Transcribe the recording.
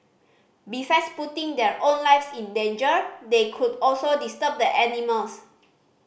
besides putting their own lives in danger they could also disturb the animals